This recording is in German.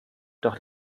doch